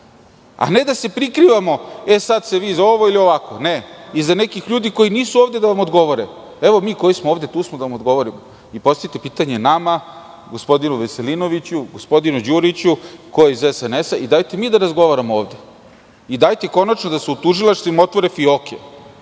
a ne da se prikrivamo, sada ste vi iza ovog, ili ovakvog. Ne, iza nekih ljudi koji nisu ovde da vam odgovore. Mi koji smo ovde tu smo da vam odgovorimo. Postavite pitanje nama, gospodinu Veselinoviću, gospodinu Đuriću, ko je iz SNS i dajte da mi ovde razgovaramo. Konačno da se tužilaštvima otvore fijoke